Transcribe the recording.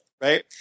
Right